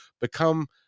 become